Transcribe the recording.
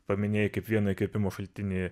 paminėjai kaip vieną įkvėpimo šaltinį